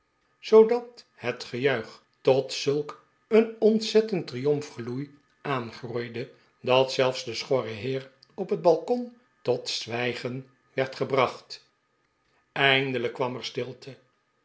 zoodat het gejuich tot zulk een ontzettend triomfgeloei aangroeide dat zelfs de schorre heer op het balkon tot zwijgen werd gebracht eindelijk kwam er stilte